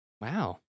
Wow